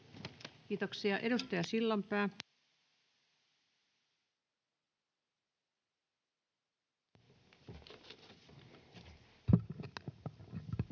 Kiitoksia. — Edustaja Sillanpää. [Speech